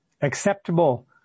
acceptable